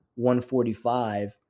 145